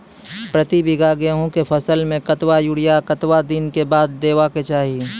प्रति बीघा गेहूँमक फसल मे कतबा यूरिया कतवा दिनऽक बाद देवाक चाही?